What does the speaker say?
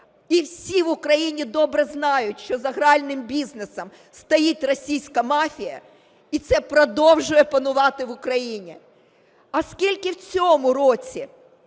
і всі в Україні добре знають, що за гральним бізнесом стоїть російська мафія, і це продовжує панувати в Україні? А скільки в цьому році